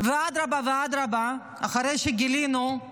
אדרבה ואדרבה אחרי שגילינו את